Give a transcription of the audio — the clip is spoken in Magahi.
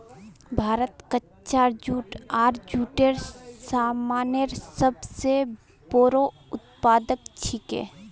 भारत कच्चा जूट आर जूटेर सामानेर सब स बोरो उत्पादक छिके